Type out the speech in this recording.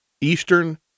Eastern